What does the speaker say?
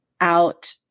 out